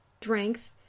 strength